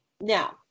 now